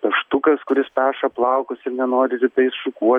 peštukas kuris peša plaukus ir nenori rytais šukuo